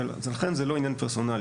לכן זה לא עניין פרסונלי.